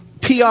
PR